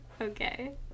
Okay